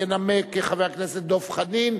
ינמק חבר הכנסת דב חנין,